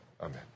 amen